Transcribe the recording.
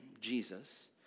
Jesus